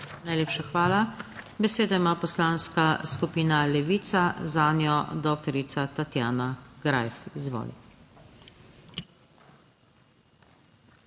Najlepša hvala. Besedo ima Poslanska skupina Levica, zanjo doktorica Tatjana Greif. Izvoli.